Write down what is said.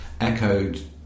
echoed